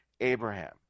Abraham